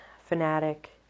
fanatic